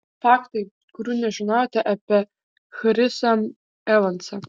faktai kurių nežinojote apie chrisą evansą